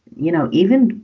you know, even,